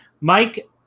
Mike